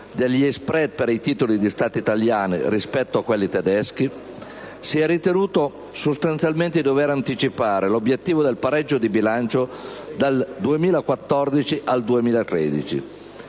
dello *spread* per i titoli di Stato italiani rispetto a quelli tedeschi, si è ritenuto sostanzialmente di dover anticipare l'obiettivo del pareggio di bilancio dal 2014 al 2013.